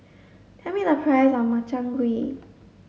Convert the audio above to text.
tell me the price of Makchang Gui